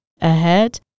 ahead